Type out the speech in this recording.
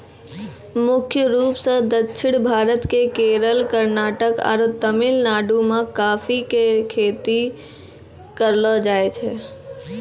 मुख्य रूप सॅ दक्षिण भारत के केरल, कर्णाटक आरो तमिलनाडु मॅ कॉफी के खेती करलो जाय छै